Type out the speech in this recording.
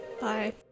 Bye